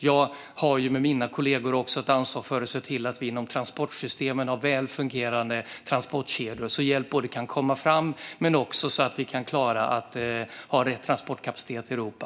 Jag har med mina kollegor också ett ansvar för att se till att vi inom transportsystemen har väl fungerande transportkedjor så att hjälp kan komma fram och så att det finns transportkapacitet i Europa.